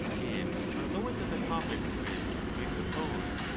and are lower than the topics which, i suppose,